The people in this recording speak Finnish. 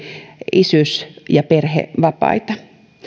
isyys ja perhevapaita